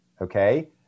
Okay